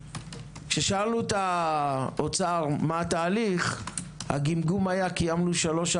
כששאלנו את האוצר מה התהליך הגמגום היה: קיימנו שלוש,